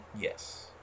yes